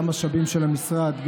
גם משאבים של המשרד,